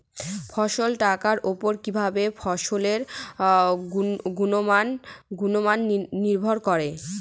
ফসল কাটার উপর কিভাবে ফসলের গুণমান নির্ভর করে?